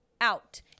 out